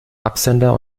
absender